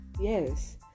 Yes